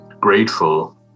grateful